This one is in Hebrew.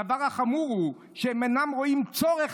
הדבר החמור הוא שהם אינם רואים צורך